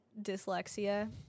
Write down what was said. dyslexia